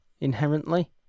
inherently